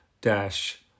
dash